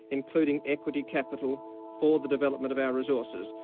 including equity capital for the development of our resources,